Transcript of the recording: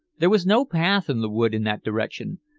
there was no path in the wood in that direction,